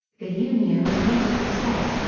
the union was not a success,